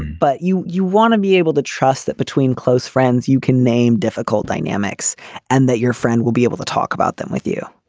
but you you want to be able to trust that between close friends you can name difficult dynamics and that your friend will be able to talk about them with you.